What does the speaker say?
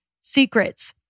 secrets